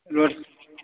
हँ